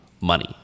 money